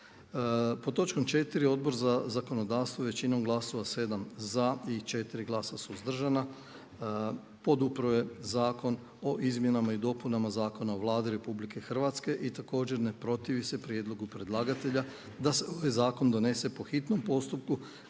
Pod točkom četiri Odbor za zakonodavstvo je većinom glasova, 7 za i 4 glasa suzdržana podupro je Zakon o izmjenama i dopunama Zakona o Vladi Republike Hrvatske i također ne protivi se prijedlogu predlagatelja da se ovaj zakon donese po hitnom postupku